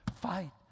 Fight